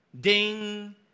ding